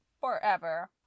forever